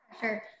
Sure